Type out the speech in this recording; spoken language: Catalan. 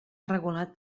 regulat